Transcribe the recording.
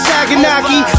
Saganaki